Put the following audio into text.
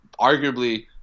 arguably